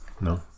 No